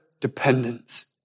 dependence